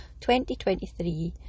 2023